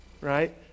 right